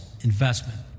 investment